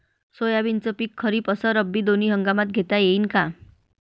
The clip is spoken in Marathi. सोयाबीनचं पिक खरीप अस रब्बी दोनी हंगामात घेता येईन का?